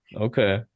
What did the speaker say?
okay